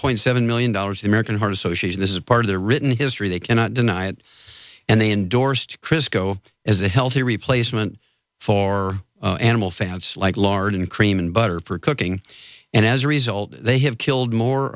point seven million dollars the american heart association this is part of the written history they cannot deny it and they endorsed crist go as a healthy replacement for animal fans like lard and cream and butter for cooking and as a result they have killed more